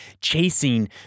chasing